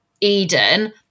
Eden